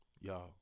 y'all